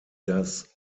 das